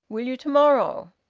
will you to-morrow?